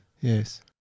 Yes